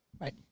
Right